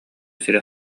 сири